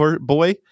boy